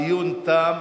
הדיון תם.